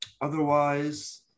otherwise